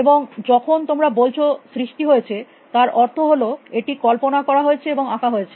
এবং যখন তোমরা বলছ সৃষ্টি হয়েছে তার অর্থ হল এটি কল্পনা করা হয়েছে এবং আঁকা হয়েছে